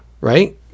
right